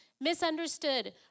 misunderstood